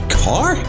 car